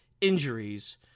injuries